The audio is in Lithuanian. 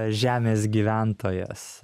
žemės gyventojas